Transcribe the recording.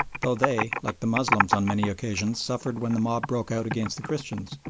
though they, like the moslems, on many occasions suffered when the mob broke out against the christians.